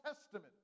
Testament